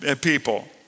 people